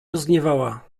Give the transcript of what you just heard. rozgniewała